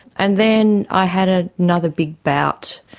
and then i had ah another big bout.